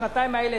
בשנתיים האלה,